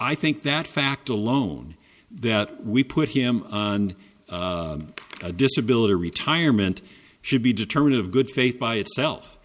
i think that fact alone that we put him on a disability retirement should be determined of good faith by itself